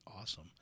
awesome